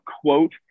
quote